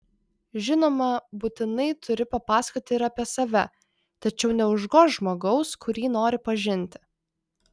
žinoma būtinai turi papasakoti ir apie save tačiau neužgožk žmogaus kurį nori pažinti